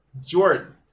Jordan